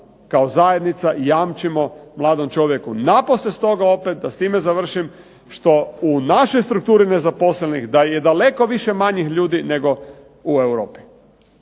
kao zajednica jamčimo mladom čovjeku napose stoga opet da s time završim što u našoj strukturi nezaposlenih da je daleko više manjih ljudi nego u Europi.